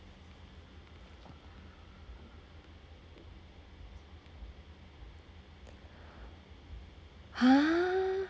!huh!